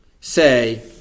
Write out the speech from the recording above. say